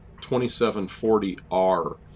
2740R